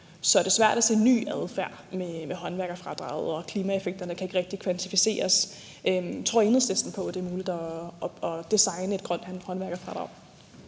er det svært at se ny adfærd med håndværkerfradraget, og klimaeffekterne kan ikke rigtig kvantificeres. Tror Enhedslisten på, at det er muligt at designe et grønt håndværkerfradrag?